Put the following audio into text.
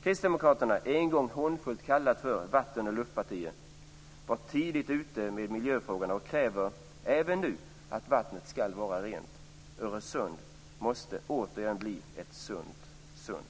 vill jag säga att Kristdemokraterna, en gång hånfullt kallat Vatten och luftpartiet, var tidigt ute med miljöfrågorna och även nu kräver att vattnet skall vara rent. Öresund måste återigen bli ett sunt sund!